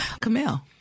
Camille